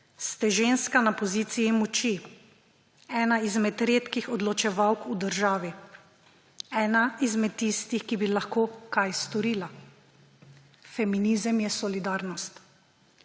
ste ženska na poziciji moči, ena izmed redkih odločevalk v državi, ena izmed tistih, ki bi lahko kaj storila. Feminizem je solidarnost.